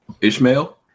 Ishmael